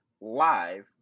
live